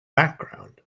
background